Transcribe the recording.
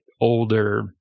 older